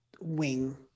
wing